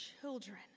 children